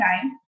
time